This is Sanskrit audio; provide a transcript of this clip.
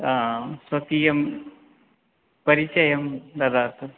स्वकीयं परिचयं ददातु